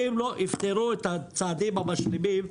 אם לא יפתרו את הצעדים המשלימים.